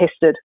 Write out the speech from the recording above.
tested